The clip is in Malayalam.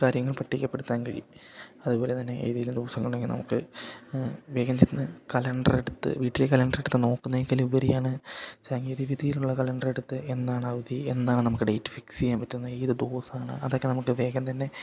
കാര്യങ്ങൾ പട്ടികപ്പെടുത്താൻ കഴിയും അതുപോലെത്തന്നെ ഏതെങ്കിലും ദിവസങ്ങളുണ്ടെങ്കിൽ നമുക്ക് വേഗം ചെന്ന് കലണ്ടർ എടുത്ത് വീട്ടിലെ കലണ്ടർ എടുത്ത് നോക്കുന്നതിനെക്കാളുപരിയാണ് സാങ്കേതികവിദ്യയിലുള്ള കലണ്ടർ എടുത്ത് എന്നാണ് അവധി എന്നാണ് നമുക്ക് ഡേറ്റ് ഫിക്സ് ചെയ്യാൻ പറ്റുന്നത് ഏത് ദിവസമാണ് അതൊക്കെ നമുക്ക് വേഗം തന്നെ